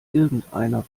irgendeiner